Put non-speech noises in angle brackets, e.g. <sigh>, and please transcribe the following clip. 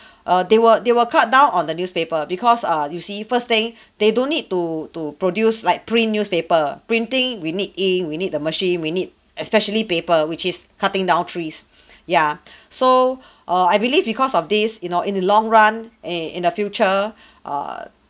<breath> err they will they will cut down on the newspaper because err you see first thing <breath> they don't need to to produce like print newspaper printing we need ink we need the machine we need especially paper which is cutting down trees <breath> yeah <breath> so <breath> err I believe because of this you know in the long run i~ in the future <breath> err